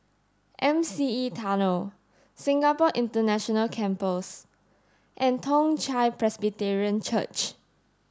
M C E Tunnel Singapore International Campus and Toong Chai Presbyterian Church